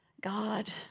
God